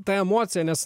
ta emocija nes